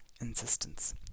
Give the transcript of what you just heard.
insistence